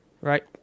right